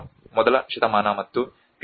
ಮೊದಲ ಶತಮಾನ ಮತ್ತು ಕ್ರಿ